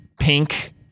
Pink